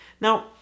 Now